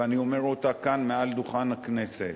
ואני אומר אותה כאן מעל דוכן הכנסת: